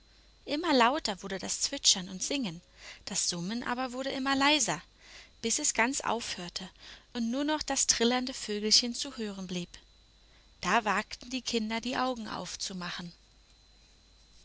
immer lauter wurde das zwitschern und singen das summen aber wurde immer leiser bis es ganz aufhörte und nur noch das trillernde vögelchen zu hören blieb da wagten die kinder die augen aufzumachen